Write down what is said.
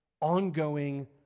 ongoing